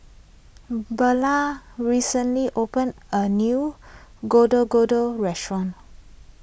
Beulah recently opened a new Gado Gado restaurant